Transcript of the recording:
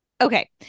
Okay